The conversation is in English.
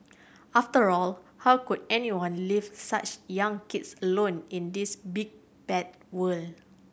after all how could anyone leave such young kids alone in this big bad world